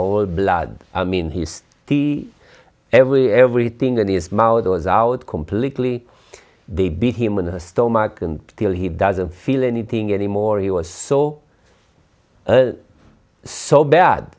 blood i mean his he every everything in his mouth was out completely they beat him in the stomach and still he doesn't feel anything anymore he was so sore bad